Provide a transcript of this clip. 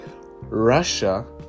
Russia